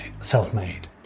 self-made